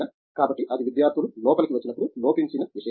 కాబట్టి అది విద్యార్థులు లోపలికి వచ్చినప్పుడు లోపించిన విషయం